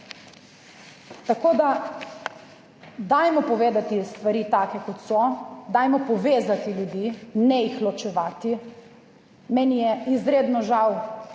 Tako da dajmo povedati stvari take kot so. Dajmo povezati ljudi, ne jih ločevati. Meni je izredno žal